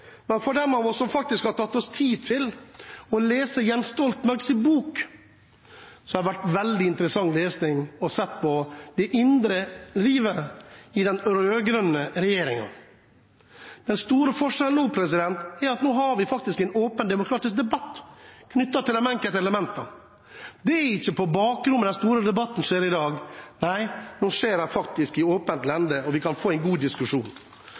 Men det skulle bare mangle. Regjeringspartiene hadde sitt utgangspunkt i budsjettet, samtidig som selvsagt også Venstre og Kristelig Folkeparti ville ha gjennomslag for sine hjertesaker. Slik må det bare være. Slik er demokratiet. For dem av oss som faktisk har tatt seg tid til å lese Jens Stoltenbergs bok, har det vært veldig interessant å lese om det indre livet i den rød-grønne regjeringen. Den store forskjellen nå er at vi faktisk har en åpen demokratisk debatt knyttet til de enkelte elementene. Det er ikke på bakrommet de store debattene skjer i